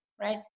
right